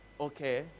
Okay